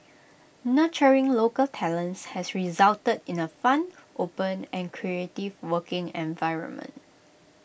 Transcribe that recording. nurturing local talents has resulted in A fun open and creative working environment